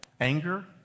anger